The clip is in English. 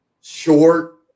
Short